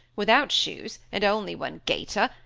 without shoes, and only one gaiter,